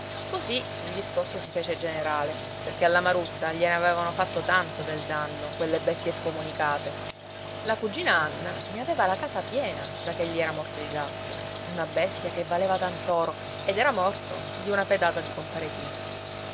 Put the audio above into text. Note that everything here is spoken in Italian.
così il discorso si fece generale perché alla maruzza gliene avevano fatto tanto del danno quelle bestie scomunicate la cugina anna ne aveva la casa piena da che gli era morto il gatto una bestia che valeva tant'oro ed era morto di una pedata di compare tino